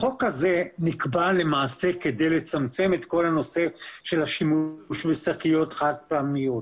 החוק הזה נקבע למעשה כדי לצמצם את השימוש בשקיות חד-פעמיות.